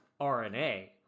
RNA